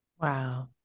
Wow